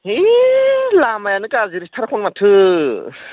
है लामायानो गाज्रिथारसन माथो